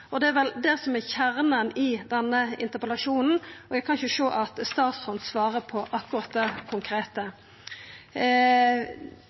Og det er vel det som er kjernen i denne interpellasjonen. Eg kan ikkje sjå at statsråden svarte på akkurat det konkrete.